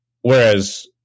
Whereas